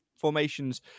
formations